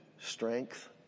strength